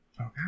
Okay